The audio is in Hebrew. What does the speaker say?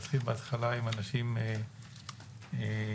נתחיל בהתחלה עם אנשים, לוחמים.